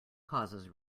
causes